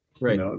right